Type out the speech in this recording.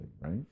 right